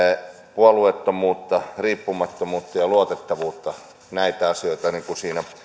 puolueettomuutta riippumattomuutta ja luotettavuutta näitä asioita niissä